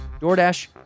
DoorDash